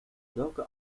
welke